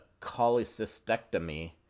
cholecystectomy